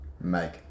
make